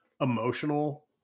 emotional